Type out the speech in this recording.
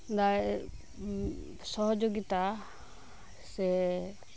ᱫᱟᱭ ᱥᱚᱦᱚᱡᱳᱜᱤᱛᱟ ᱥᱮ